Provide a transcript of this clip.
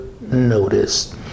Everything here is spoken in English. notice